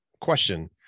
Question